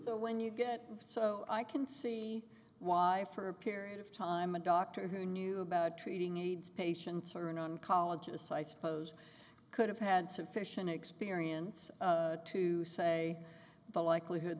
so when you get so i can see why for a period of time a doctor who knew about treating aids patients or an oncologist i suppose could have had sufficient experience to say the likelihood